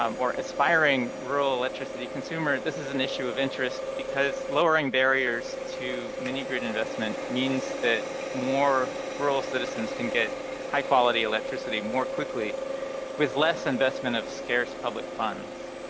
um or aspiring rural electricity consumer, this is an issue of interest because lowering barriers to mini-grid investment means that more rural citizens can get high-quality electricity more quickly with less investment of scarce public funds.